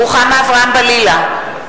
(קוראת בשמות חברי הכנסת) רוחמה אברהם-בלילא,